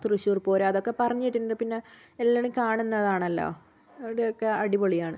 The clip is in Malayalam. തൃശൂർ പൂരം അതൊക്കെ പറഞ്ഞുകേട്ടിട്ടുണ്ട് പിന്ന എല്ലരും കാണുന്നതാണല്ലോ ആവിടയൊക്കെ അടിപൊളിയാണ്